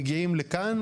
מגיעים לכאן,